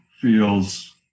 feels